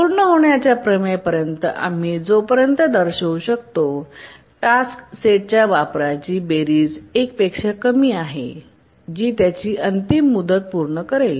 पूर्ण होण्याच्या प्रमेय पर्यंत आम्ही जोपर्यंत दर्शवू शकतो टास्क सेटच्या वापराची बेरीज 1 पेक्षा कमी आहे जी त्याची अंतिम मुदत पूर्ण करेल